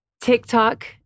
TikTok